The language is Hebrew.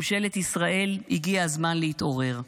ממשלת ישראל, הגיע הזמן להתעורר.